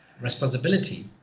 responsibility